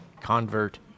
convert